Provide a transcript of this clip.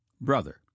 brother